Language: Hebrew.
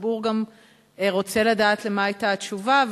הציבור גם רוצה לדעת למה היתה התשובה,